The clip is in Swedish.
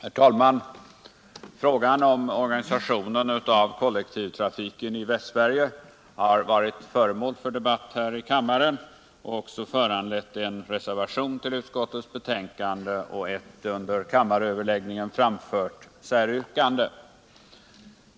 Herr talman! Frågan om organisationen av kollektivtrafiken i Västsverige har varit föremål för debatt här i kammaren och också föranlett en reservation till utskottets betänkande och ett under kammaröverläggningen framfört säryrkande.